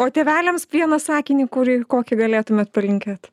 o tėveliams vieną sakinį kurį kokį galėtumėt palinkėt